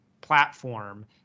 platform